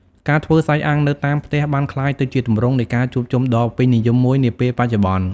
ការធ្វើសាច់អាំងនៅតាមផ្ទះបានក្លាយទៅជាទម្រង់នៃការជួបជុំដ៏ពេញនិយមមួយនាពេលបច្ចុប្បន្ន។